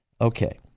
Okay